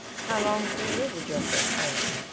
how long did you live with your first owner?